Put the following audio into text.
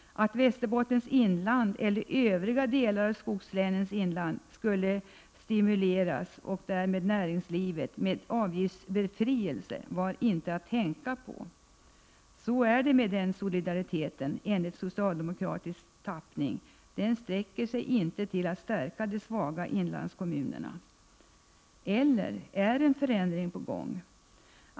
Att Västerbottens inland eller övriga delar av skogslänens inland skulle få stimulera näringslivet med avgiftsbefrielse var inte att tänka på. Så var det med den solidariteten enligt socialdemokratisk tappning: den sträcker sig inte till att stärka de svaga inlandskommunerna. Eller är en förändring på gång?